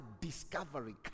Discovery